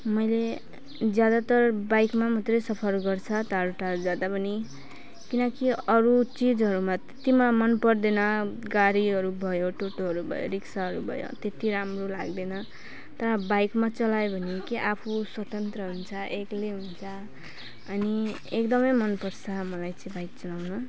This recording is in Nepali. मैले ज्यादातर बाइकमा मात्रै सफर गर्छ टाढो टाढो जाँदा पनि किनकि अरू चिजहरूमा त्यति मलाई मन पर्दैन गाडीहरू भयो टोटोहरू भयो रिक्साहरू भयो त्यति राम्रो लाग्दैन तर बाइकमा चलायो भने के आफू स्वतन्त्र हुन्छ एक्लै हुन्छ अनि एकदमै मन पर्छ मलाई चाहिँ बाइक चलाउन